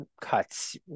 cuts